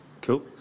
Cool